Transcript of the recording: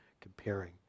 comparing